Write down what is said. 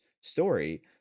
story